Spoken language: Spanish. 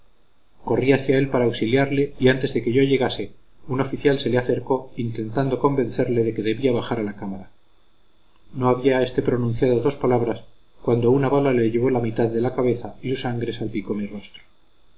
corrí hacia él para auxiliarle y antes que yo llegase un oficial se le acercó intentando convencerle de que debía bajar a la cámara no había éste pronunciado dos palabras cuando una bala le llevó la mitad de la cabeza y su sangre salpicó mi rostro